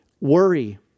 worry